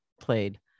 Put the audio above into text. played